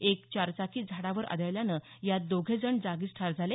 एक चारचाकी झाडावर आदळल्यानं यात दोघे जण जागीच ठार झाले